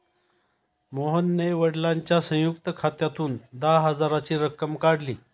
मोहनने वडिलांच्या संयुक्त खात्यातून दहा हजाराची रक्कम काढली